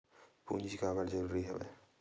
पूंजी काबर जरूरी हवय?